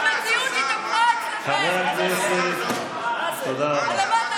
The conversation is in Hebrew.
חבר הכנסת, תודה רבה.